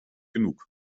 genug